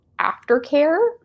aftercare